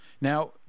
Now